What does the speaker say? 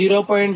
0123 j0